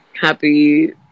happy